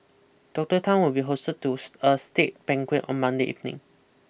Doctor Tan will be hosted tooth a state banquet on Monday evening